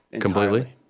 Completely